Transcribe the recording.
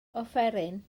offeryn